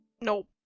Nope